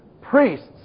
priests